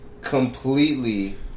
completely